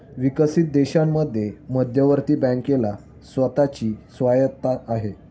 विकसित देशांमध्ये मध्यवर्ती बँकेला स्वतः ची स्वायत्तता आहे